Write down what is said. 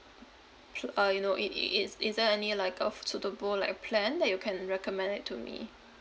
uh you know it it is is there any like a f~ suitable like plan that you can recommend it to me